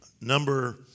Number